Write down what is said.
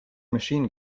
machine